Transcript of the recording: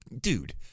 Dude